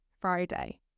Friday